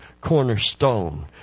cornerstone